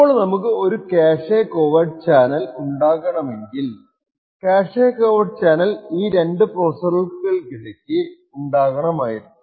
ഇപ്പോൾ നമുക്ക് ഒരു ക്യാഷെ കോവേർട്ട് ചാനൽ ഉണ്ടാക്കണമെന്നുണ്ടെങ്കിൽ ക്യാഷെ കോവേർട്ട് ചാനൽ ഈ രണ്ടു പ്രോസെസ്സറുകൾകിടക്കു ഉണ്ടാക്കണമായിരുന്നു